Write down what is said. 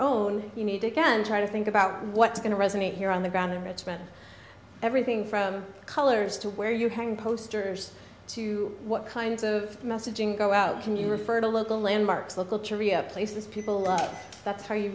own you need to again try to think about what's going to resonate here on the ground in richmond everything from colors to where you hang posters to what kinds of messaging go out can you refer to local landmarks local to rio places people live that's how you